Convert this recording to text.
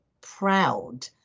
proud